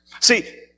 See